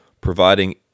providing